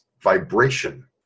vibration